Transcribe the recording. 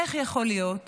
איך יכול להיות